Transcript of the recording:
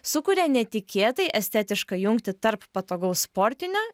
sukuria netikėtai estetišką jungtį tarp patogaus sportinio